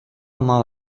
ama